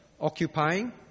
Occupying